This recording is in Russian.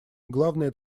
главная